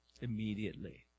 immediately